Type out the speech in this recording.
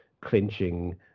clinching